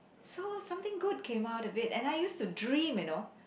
so something good came out to it and I used to dream you know